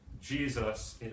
Jesus